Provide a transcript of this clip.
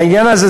לעניין הזה,